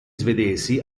svedesi